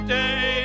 day